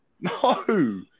no